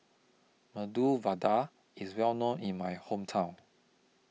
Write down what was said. Medu Vada IS Well known in My Hometown